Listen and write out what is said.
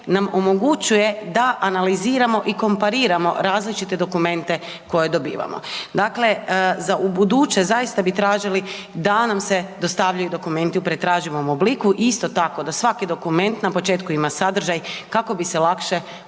nam omogućuje da analiziramo i kompariramo različite dokumente koje dobivamo. Dakle, za ubuduće zaista bi tražili da nam se dostavljaju dokumenti u pretraživom obliku, isto tako da svaki dokument na početku ima sadržaj kako bi se lakše u njemu